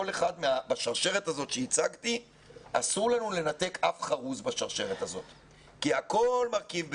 בשרשרת הזאת שהצגתי אסור לנו לנתק אף חרוז בשרשרת כי הכול מרכיב ביחד.